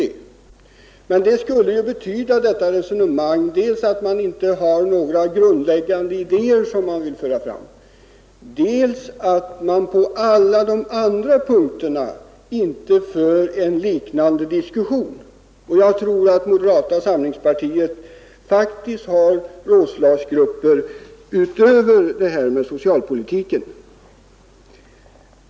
Detta resonemang skulle betyda dels att man inte har några grundläggande idéer att framföra, dels att man på alla de andra punkterna inte för liknande diskussioner. Jag tror att moderata samlingspartiet faktiskt har rådslagsgrupper också för andra frågor än de som rör socialpolitiken.